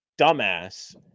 dumbass